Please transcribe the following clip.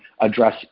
address